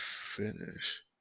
finish